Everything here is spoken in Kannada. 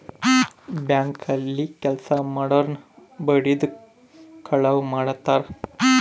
ಬ್ಯಾಂಕ್ ಅಲ್ಲಿ ಕೆಲ್ಸ ಮಾಡೊರ್ನ ಬಡಿದು ಕಳುವ್ ಮಾಡ್ತಾರ